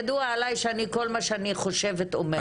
ידוע עליי שכל מה שאני חושבת אני אומרת.